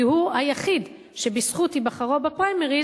כי הוא היחיד שבזכות היבחרו בפריימריז